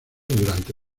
durante